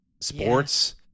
sports